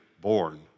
born